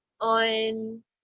on